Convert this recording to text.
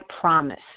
promise